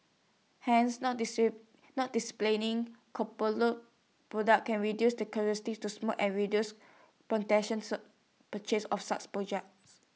hence not not displaying products can reduce the curiosity to smoke and reduce spontaneous purchases of such projects